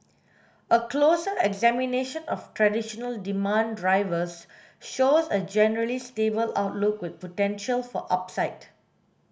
a closer examination of traditional demand drivers shows a generally stable outlook with potential for upside